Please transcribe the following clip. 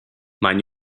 mein